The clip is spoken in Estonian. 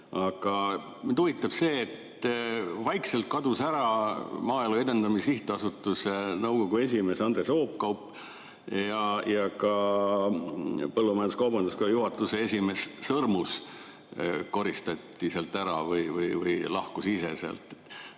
Aga mind huvitab see, et vaikselt kadus ära Maaelu Edendamise Sihtasutuse nõukogu esimees Andres Oopkaup ja ka põllumajandus-kaubanduskoja juhatuse esimees Sõrmus koristati ära või ta lahkus ise sealt.